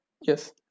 Yes